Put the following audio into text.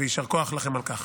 יישר כוח לכם על כך.